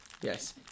Yes